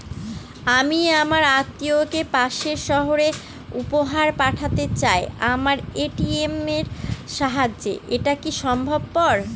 আমি আমার আত্মিয়কে পাশের সহরে উপহার পাঠাতে চাই আমার এ.টি.এম এর সাহায্যে এটাকি সম্ভবপর?